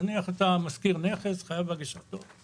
נניח אתה משכיר נכס, חייב הגשת דוח,